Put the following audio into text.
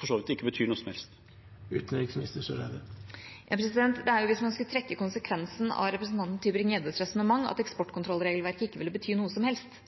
for så vidt ikke betyr noe som helst? Det er hvis man skulle trekke konsekvensen av representanten Tybring-Gjeddes resonnement, at